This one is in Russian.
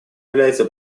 является